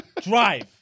Drive